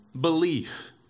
belief